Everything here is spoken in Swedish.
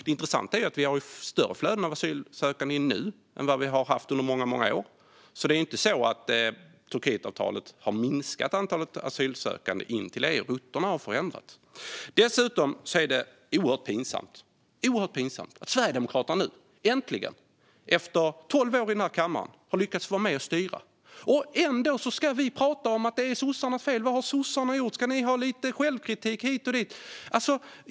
Det intressanta är att vi har större flöden in av asylsökande nu än vi har haft under många, många år. Turkietavtalet har alltså inte lett till ett minskat antal asylsökande in till EU, utan rutterna har förändrats. Dessutom är det oerhört pinsamt att Sverigedemokraterna nu äntligen efter tolv år i den här kammaren har lyckats få vara med och styra och ändå pratar om att det är sossarnas fel. Vad har sossarna gjort, och vad sägs om lite självkritik hit och dit? Så låter det.